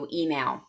email